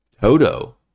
Toto